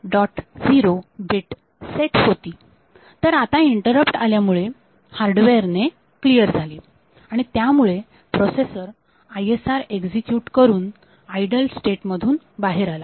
0 bit set होती तर आता इंटरप्ट आल्यामुळे हार्डवेअर ने क्लिअर झाली आणि त्यामुळे प्रोसेसर ISR एक्झिक्युट करून आयडल स्टेट मधून बाहेर आला